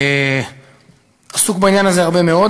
היה עסוק בעניין הזה הרבה מאוד.